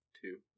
two